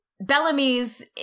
Bellamy's